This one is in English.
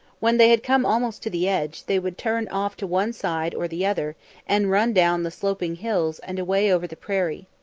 when they had come almost to the edge, they would turn off to one side or the other and run down the sloping hills and away over the prairie.